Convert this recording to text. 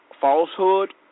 falsehood